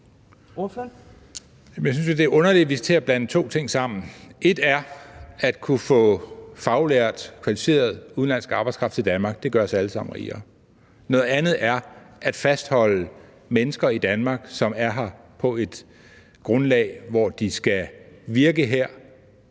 det er underligt, at vi skal begynde at blande to ting sammen. Ét er at kunne få faglært, kvalificeret udenlandsk arbejdskraft til Danmark, for det gør os alle sammen rigere, men noget andet er at fastholde mennesker i Danmark, som er her på et grundlag, hvor de skal virke her,